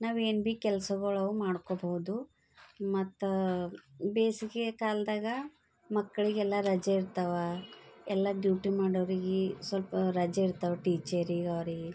ನಾವೇನು ಬಿ ಕೆಲ್ಸಗಳು ಮಾಡ್ಕೊಬೌದು ಮತ್ತು ಬೇಸಿಗೆಯ ಕಾಲದಾಗ ಮಕ್ಕಳಿಗೆಲ್ಲ ರಜೆ ಇರ್ತವ ಎಲ್ಲ ದುಡ್ಡು ಮಾಡೋವ್ರಿಗೆ ಸ್ವಲ್ಪ ರಜೆ ಇರ್ತವ ಟೀಚರಿಗೆ ಅವ್ರಿಗೆ